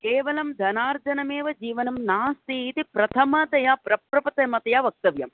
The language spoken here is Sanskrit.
केवलं धनार्जनमेव जीवनं नास्ति इति प्रथमतया प्रथमतया वक्तव्यम्